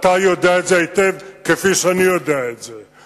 אתה יודע את זה היטב, כפי שאני יודע את זה.